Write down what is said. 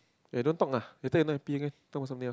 eh don't talk ah later you not happy again talk about something else